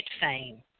fame